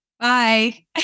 Bye